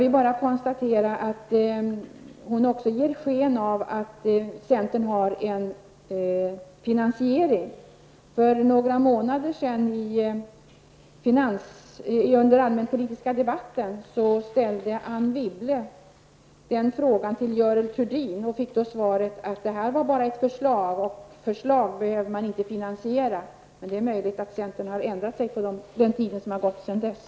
Vidare konstaterar jag att Karin Israelsson vill ge sken av att centern har en finansiering när det gäller grundpensionen. Men i samband med den allmänpolitiska debatten för några månader sedan ställde Anne Wibble en fråga till Görel Thurdin i det här sammanhanget. Hon fick då svaret att det bara rörde sig om ett förslag och att det inte behövs någon finansiering när det gäller förslag. Möjligen har centern ändrat sig sedan dess.